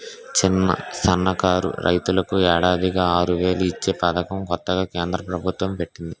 చిన్న, సన్నకారు రైతులకు ఏడాదికి ఆరువేలు ఇచ్చే పదకం కొత్తగా కేంద్ర ప్రబుత్వం పెట్టింది